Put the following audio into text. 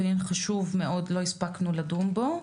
דיון חשוב מאוד, שלא הספקנו לדון בו.